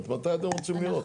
אז מתי אתם רוצים לראות?